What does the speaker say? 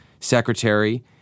secretary